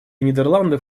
нидерландов